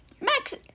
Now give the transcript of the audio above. max